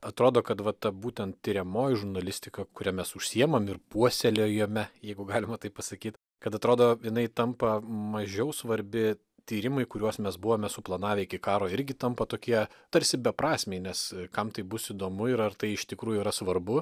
atrodo kad va ta būtent tiriamoji žurnalistika kuria mes užsiimam ir puoselėjame jeigu galima taip pasakyt kad atrodo inai tampa mažiau svarbi tyrimai kuriuos mes buvome suplanavę iki karo irgi tampa tokie tarsi beprasmiai nes kam tai bus įdomu ir ar tai iš tikrųjų yra svarbu